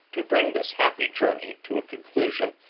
to bring this happy journey to a conclusion,